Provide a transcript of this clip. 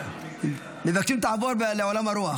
מבקשים שתעבור לעולם הרוח.